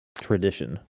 tradition